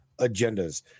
agendas